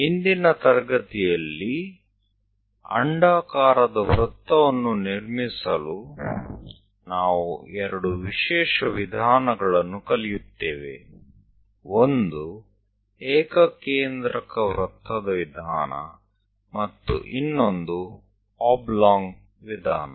ಇಂದಿನ ತರಗತಿಯಲ್ಲಿ ಅಂಡಾಕಾರದ ವೃತ್ತವನ್ನು ನಿರ್ಮಿಸಲು ನಾವು ಎರಡು ವಿಶೇಷ ವಿಧಾನಗಳನ್ನು ಕಲಿಯುತ್ತೇವೆ ಒಂದು ಏಕಕೇಂದ್ರಕ ವೃತ್ತದ ವಿಧಾನ ಮತ್ತು ಇನ್ನೊಂದು ಒಬ್ಲೊಂಗ್ ವಿಧಾನ